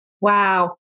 Wow